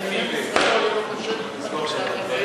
אני מציע להעביר את זה לכספים.